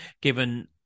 given